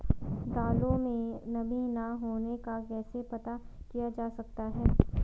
दालों में नमी न होने का कैसे पता किया जा सकता है?